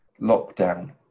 lockdown